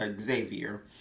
Xavier